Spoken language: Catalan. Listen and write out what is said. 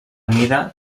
mida